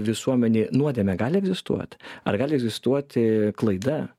visuomenėj nuodėmė gali egzistuot ar gali egzistuoti klaida